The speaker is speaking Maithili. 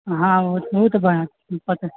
हँ ओ तऽ बढ़िआँ पता